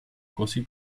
così